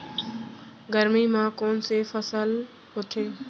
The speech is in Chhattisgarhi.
गरमी मा कोन से फसल होथे?